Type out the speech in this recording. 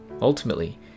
Ultimately